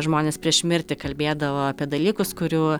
žmonės prieš mirtį kalbėdavo apie dalykus kurių